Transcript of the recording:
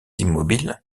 immobile